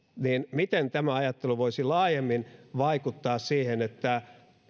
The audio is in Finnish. miten tämä ajattelu voisi laajemmin vaikuttaa siihen että